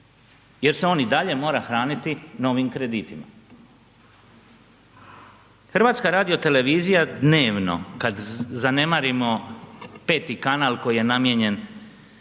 jer se on i dalje mora hraniti novim kreditima. HRT dnevno kada zanemarimo 5. kanal koji je namijenjen